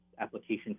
application